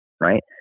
right